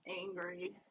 Angry